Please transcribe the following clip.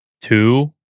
Two